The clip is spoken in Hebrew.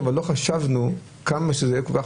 הבעיה המרכזית כמובן,